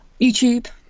YouTube